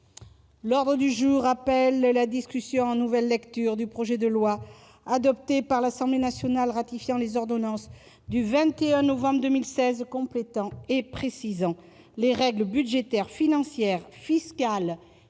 L'ordre du jour appelle la discussion en nouvelle lecture du projet de loi, adopté par l'Assemblée nationale en nouvelle lecture, ratifiant les ordonnances n° 2016-1561 du 21 novembre 2016 complétant et précisant les règles budgétaires, financières, fiscales et comptables